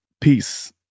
peace